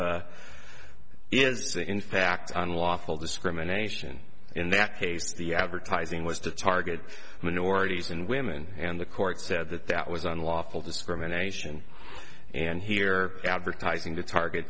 it's a in fact unlawful discrimination in that case the advertising was to target minorities and women and the court said that that was unlawful discrimination and here advertising to target